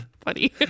funny